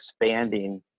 expanding